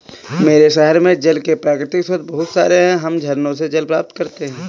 मेरे शहर में जल के प्राकृतिक स्रोत बहुत सारे हैं हम झरनों से जल प्राप्त करते हैं